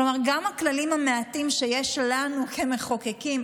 כלומר גם הכללים המעטים שיש לנו כמחוקקים,